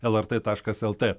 lrt taškas lt